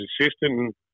assistant